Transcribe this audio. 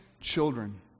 children